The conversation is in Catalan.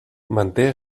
manté